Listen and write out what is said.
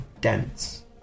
dense